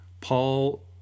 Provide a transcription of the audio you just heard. Paul